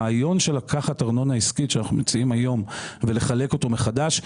הרעיון לקחת ארנונה עסקית שאנחנו מציעים היום ולחלק אותו מחדש,